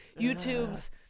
YouTube's